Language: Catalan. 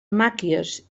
màquies